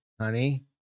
honey